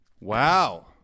Wow